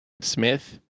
Smith